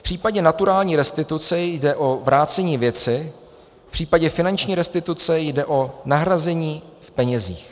V případě naturální restituce jde o vrácení věci, v případě finanční restituce jde o nahrazení v penězích.